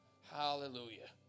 Hallelujah